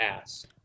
ass